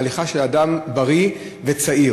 הליכה של אדם בריא וצעיר,